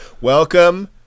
Welcome